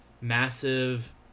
massive